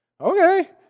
okay